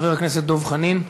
חבר הכנסת דב חנין.